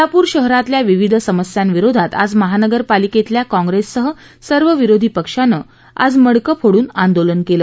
सोलापूर शहरातल्या विविध समस्यांविरोधात आज महानगरपालिकेतल्या काँग्रेससह सर्व विरोधी पक्षाने आज मडकं फोडून आंदोलन केलं